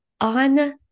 on